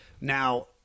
Now